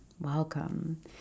welcome